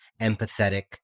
empathetic